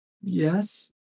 Yes